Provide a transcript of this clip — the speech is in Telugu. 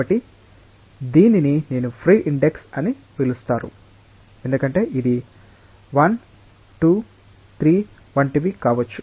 కాబట్టి దీనిని నేను ఫ్రీ ఇండెక్స్ అని పిలుస్తారు ఎందుకంటే ఇది 1 2 3 వంటివి కావచ్చు